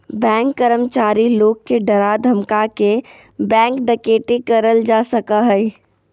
bank कर्मचारी लोग के डरा धमका के बैंक डकैती करल जा सका हय